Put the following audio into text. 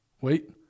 Wait